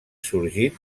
sorgit